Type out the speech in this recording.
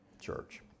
church